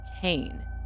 Kane